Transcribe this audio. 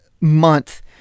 month